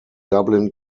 dublin